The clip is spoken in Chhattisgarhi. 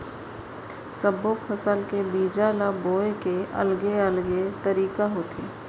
सब्बो फसल के बीजा ल बोए के अलगे अलगे तरीका होथे